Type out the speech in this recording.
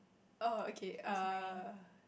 oh okay err